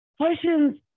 questions